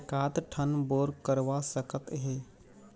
एकात ठन बोर करवा सकत हे